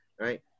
right